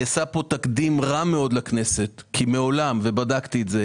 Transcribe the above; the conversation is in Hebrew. נעשה פה תקדים רע מאוד לכנסת כי מעולם ובדקתי את זה